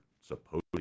supposedly